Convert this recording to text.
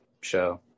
show